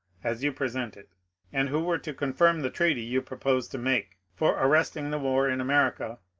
as you present it and who were to confirm the treaty you proposed to make, for arresting the war in america,